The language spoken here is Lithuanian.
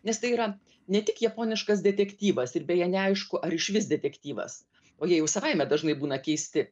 nes tai yra ne tik japoniškas detektyvas ir beje neaišku ar išvis detektyvas o jie jau savaime dažnai būna keisti